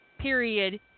Period